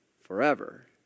forever